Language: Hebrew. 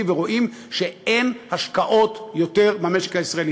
ורואים שאין השקעות יותר במשק הישראלי.